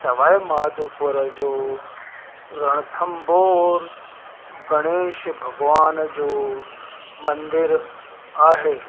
सवाइ माधवपुर जो रणथंबोर गणेश भॻवान जो मंदरु आहे